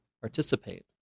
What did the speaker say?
participate